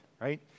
right